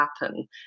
happen